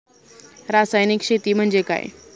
रासायनिक शेती म्हणजे काय?